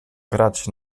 grać